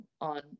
on